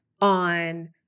on